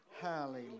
Hallelujah